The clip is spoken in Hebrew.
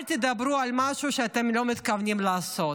אל תדברו על משהו שאתם לא מתכוונים לעשות,